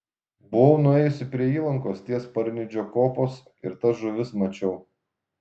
buvau nuėjusi prie įlankos ties parnidžio kopos ir tas žuvis mačiau